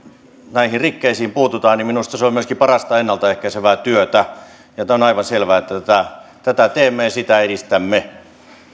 näihin rikkeisiin puututaan on minusta myöskin parasta ennalta ehkäisevää työtä ja on aivan selvää että tätä tätä teemme ja sitä edistämme